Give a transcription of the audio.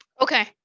Okay